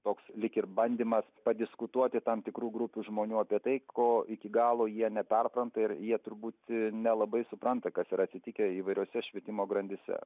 toks lyg ir bandymas padiskutuoti tam tikrų grupių žmonių apie tai ko iki galo jie neperpranta ir jie turbūt nelabai supranta kas yra atsitikę įvairiose švietimo grandyse